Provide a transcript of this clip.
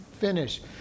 finish